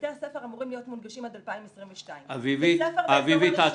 בתי הספר אמורים להיות מונגשים עד 2022. תעצרי.